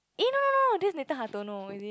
eh no no no that's Nathan-Hartono is it